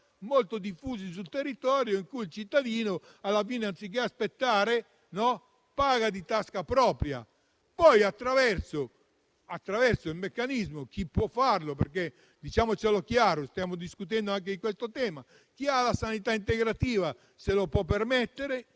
molto diffusi sul territorio dove il cittadino, alla fine, anziché aspettare paga di tasca propria. Ovviamente, il cittadino che può farlo perché, diciamocelo chiaro, stiamo discutendo anche di questo tema. Chi ha la sanità integrativa se lo può permettere,